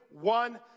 one